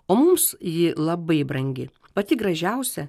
o mums ji labai brangi pati gražiausia